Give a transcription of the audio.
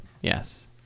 Yes